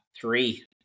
three